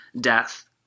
death